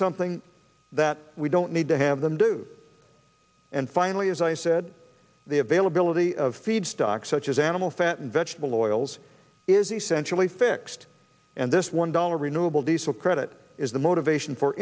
something that we don't need have them do and finally as i said the availability of feed stock such as animal fat and vegetable oils is essentially fixed and this one dollar renewable diesel credit is the motivation for